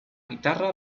guitarra